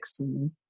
16